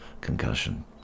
concussion